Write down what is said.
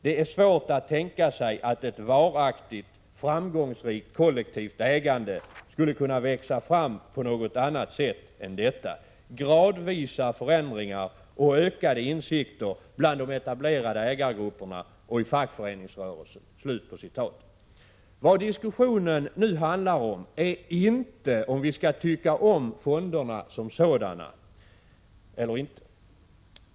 Det är svårt att tänka sig att ett varaktigt, framgångsrikt kollektivt ägande skulle kunna växa fram på något annat sätt än detta — gradvisa förändringar och ökade insikter bland de etablerade ägargrupperna och i fackföreningsrörelsen.” Vad diskussionen nu handlar om är inte om vi skall tycka om fonderna som sådana eller inte.